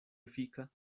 efika